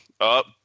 up